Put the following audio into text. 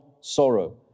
sorrow